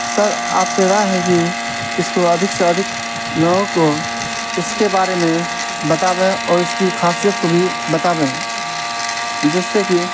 سر آپ سے رائے ہے کہ اس کو ادھک سے ادھک لوگوں کو اس کے بارے میں بتائیں اور اس کی خاصیت کو بھی بتائیں جس سے کہ